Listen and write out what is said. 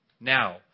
Now